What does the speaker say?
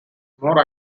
more